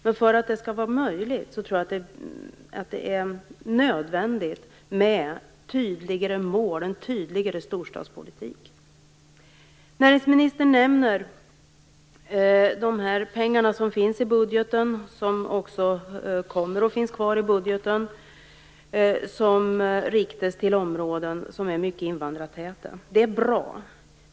Men för att det skall vara möjligt tror jag att det är nödvändigt med tydligare mål, en tydligare storstadspolitik. Näringsministern nämner de pengar i budgeten, och som även kommer att finnas kvar i budgeten, som riktas till områden som är mycket invandrartäta. Det är bra.